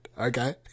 Okay